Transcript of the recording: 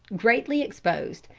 greatly exposed,